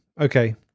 Okay